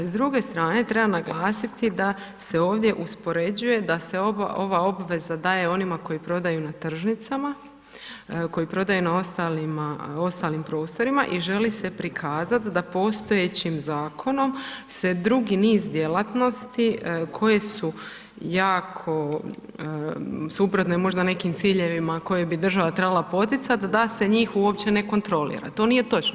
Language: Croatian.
S druge strane treba naglasiti da se ovdje uspoređuje da se ova obveza daje onima koji prodaju na tržnicama koji prodaju na ostalim prostorima i želi se prikazat da postojećim zakonom se drugi niz djelatnosti koje su jako suprotne možda nekim ciljevima koje bi država trebala poticat, da se njih uopće ne kontrolira, to nije točno.